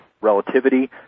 relativity